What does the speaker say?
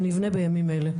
שנבנה בימים אלה.